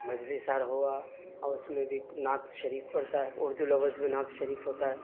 مجلس اور ہوا اور اس میں بھی نعت شریف پڑھتا ہے اردو لفظ میں نعت شریف ہوتا ہے